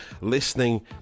listening